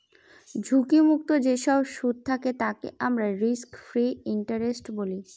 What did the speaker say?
ঝুঁকি মুক্ত যেসব সুদ থাকে তাকে আমরা রিস্ক ফ্রি ইন্টারেস্ট বলি